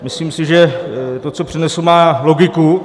Myslím si, že to, co přednesu, má logiku.